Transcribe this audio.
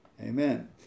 Amen